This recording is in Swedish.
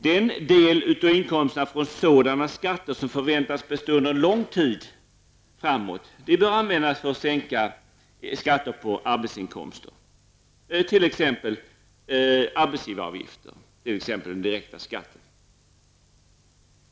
Den del av inkomsterna från sådana skatter som förväntas bestå under lång tid framåt bör användas till att sänka skatter på arbetsinkomster, t.ex. arbetsgivaravgiften och den direkta inkomstskatten.